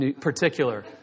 particular